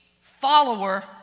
follower